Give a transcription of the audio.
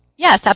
yes,